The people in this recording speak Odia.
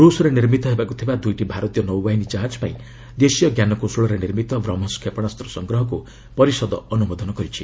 ରୁଷରେ ନିର୍ମିତ ହେବାକୁ ଥିବା ଦୁଇଟି ଭାରତୀୟ ନୌବାହିନୀ ଜାହାଜ ପାଇଁ ଦେଶୀୟ ଜ୍ଞାନକୌଶଳରେ ନିର୍ମିତ ବ୍ରହ୍ମସ୍ କ୍ଷେପଶାସ୍ତ ସଂଗ୍ରହକୁ ପରିଷଦ ଅନୁମୋଦନ କରିଛି